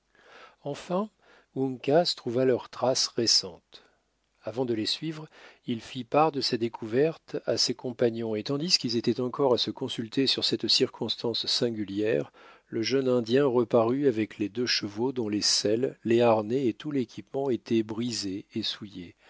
enfin uncas trouva leurs traces récentes avant de les suivre il fit part de sa découverte à ses compagnons et tandis qu'ils étaient encore à se consulter sur cette circonstance singulière le jeune indien reparut avec les deux chevaux dont les selles les harnais et tout l'équipement étaient brisés et souillés